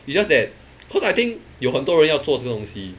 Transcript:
it's just that cause I think 有很多人要做这种东西